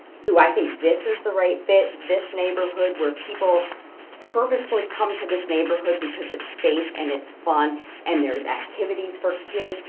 do i think this is the right fit, this neighborhood, where people purposefully come to this neighborhood because it's safe and it's fun and there's activities for kids,